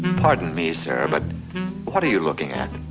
pardon me sir, but what are you looking at?